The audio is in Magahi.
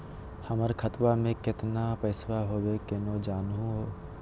हमर खतवा मे केतना पैसवा हई, केना जानहु हो?